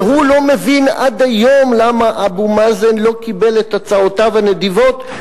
והוא לא מבין עד היום למה אבו מאזן לא קיבל את הצעותיו הנדיבות,